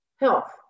health